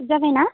जाबायना